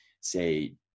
say